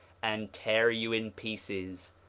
and tear you in pieces,